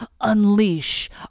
unleash